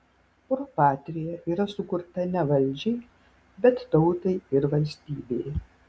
pro patria yra sukurta ne valdžiai bet tautai ir valstybei